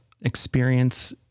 experience